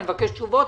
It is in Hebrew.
אני מבקש תשובות.